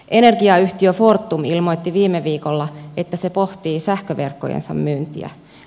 energiayhtiö fortum ilmoitti viime viikolla että se pohtii sähköverkkojensa myyntiä